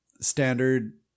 standard